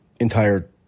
entire